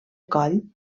coll